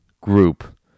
group